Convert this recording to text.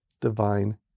divine